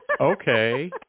okay